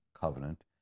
covenant